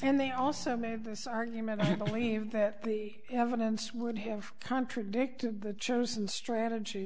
and they also gave this argument leave that evidence would have contradicted the chosen strategy